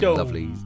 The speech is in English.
lovely